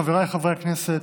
חבריי חברי הכנסת,